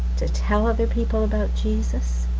to tell other people about jesus.